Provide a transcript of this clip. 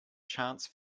chance